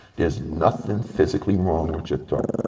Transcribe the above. there's nothing physically wrong with your throat.